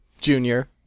Junior